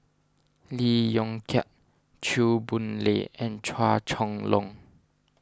Lee Yong Kiat Chew Boon Lay and Chua Chong Long